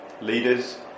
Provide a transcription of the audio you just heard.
Leaders